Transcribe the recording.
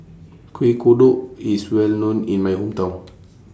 Kuih Kodok IS Well known in My Hometown